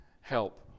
help